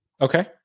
Okay